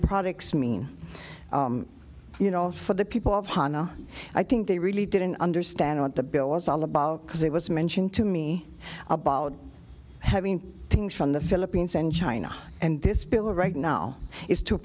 products mean you know for the people of hono i think they really didn't understand what the bill was all about because it was mentioned to me about having things from the philippines and china and this bill right now is to